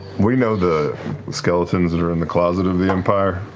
we know the skeletons that are in the closet of the empire,